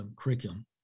curriculum